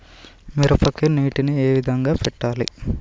మిరపకి నీటిని ఏ విధంగా పెట్టాలి?